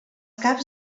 caps